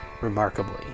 Remarkably